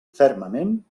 fermament